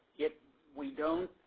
if we dont